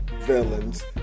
villains